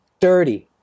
dirty